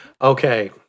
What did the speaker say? Okay